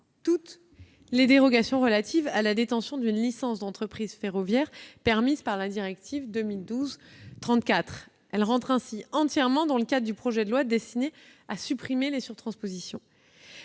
toutes les dérogations relatives à la détention d'une licence d'entreprise ferroviaire permises par la directive 2012/34/UE. Il rentre ainsi entièrement dans le cadre du projet de loi destiné à supprimer les surtranspositions.